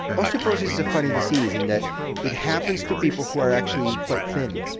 osteoporosis is a funny disease in that it happens to people who are actually quite thin,